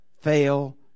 fail